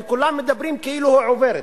כי כולם מדברים כאילו היא עוברת.